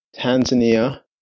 Tanzania